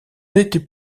n’était